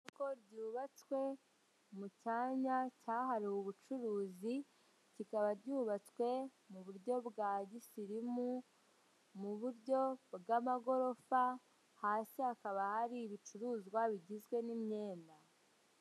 Isoko ryubatswe mu cyanya cyahariwe ubucuruzi kikaba ryubatswe mu buryo bwa gisirimu, muburyo bw'amagorofa hasi hakaba hari ibicuruzwa bigizwe n'imyenda.